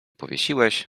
powiesiłeś